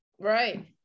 right